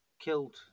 killed